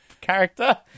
character